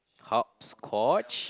hopscotch